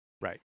Right